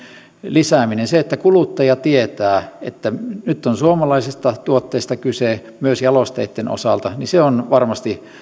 lisääminen se että kuluttaja tietää että nyt on suomalaisesta tuotteesta kyse myös jalosteitten osalta on varmasti